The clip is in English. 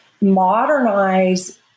modernize